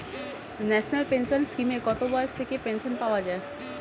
National pension স্কিমে কত বয়স থেকে পেনশন পাওয়া যায়?